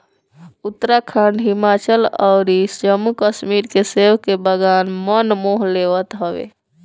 उत्तराखंड, हिमाचल अउरी जम्मू कश्मीर के सेब के बगान मन मोह लेत हवे